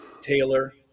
Taylor